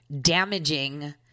damaging